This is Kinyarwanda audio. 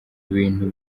bintu